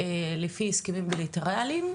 לפי הסכמים בילטראליים,